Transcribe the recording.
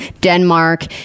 Denmark